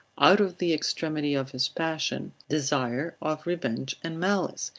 out of the extremity of his passion, desire of revenge and malice,